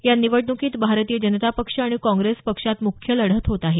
या निवडणूकीत भारतीय जनता पक्ष आणि कांग्रेस पक्षात मुख्य लढत होत आहे